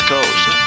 Coast